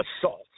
assault